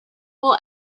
will